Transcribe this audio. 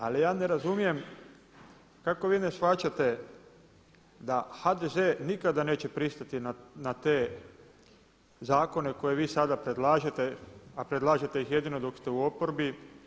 Ali ja ne razumijem kako vi ne shvaćate da HDZ nikada neće pristati na te zakone koje vi sada predlažete, a predlažete ih jedino dok ste u oporbi.